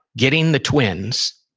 getting the twins,